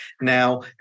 Now